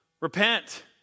Repent